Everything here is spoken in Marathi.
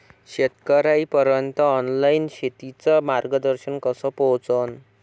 शेतकर्याइपर्यंत ऑनलाईन शेतीचं मार्गदर्शन कस पोहोचन?